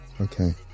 Okay